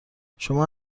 شما